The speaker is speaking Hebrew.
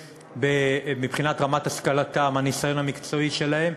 ומבחינת רמת השכלתם, הניסיון המקצועי שלהם,